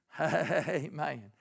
Amen